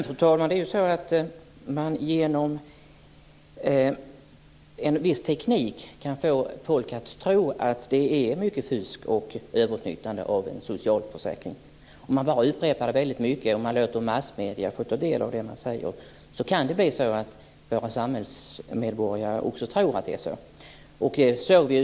Fru talman! Genom en viss teknik kan man få folk att tro att det förekommer mycket fusk och överutnyttjande inom socialförsäkringen. Om man bara upprepar det tillräckligt ofta och låter massmedierna få ta del av det man säger kan det bli så att våra samhällsmedborgare också tror att det är så.